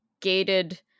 gated